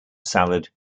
salad